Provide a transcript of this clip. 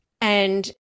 And-